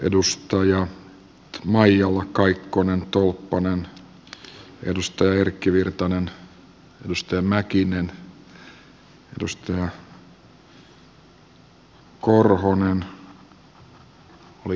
edustajat maijala kaikkonen tolppanen edustaja erkki virtanen edustaja mäkinen edustaja korhonen